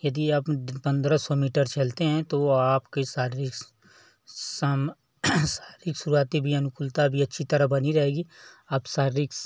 यदि आप पंद्रह सौ मीटर चलते हैं तो आपके शारीरिक सम शारीरिक शुरुआती भी अनुकूलता भी अच्छी तरह बनी रहेगी आप शारीरिक